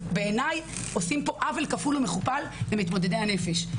בעיניי, עושים פה עוול כפול ומכופל למתמודדי הנפש.